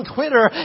Twitter